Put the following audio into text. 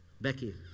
Becky